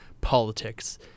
politics